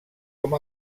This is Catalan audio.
com